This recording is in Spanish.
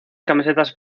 camisetas